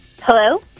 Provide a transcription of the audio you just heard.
Hello